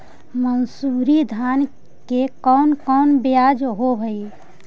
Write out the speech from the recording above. मनसूरी धान के कौन कौन बियाह होव हैं?